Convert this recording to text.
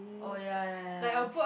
oh ya ya ya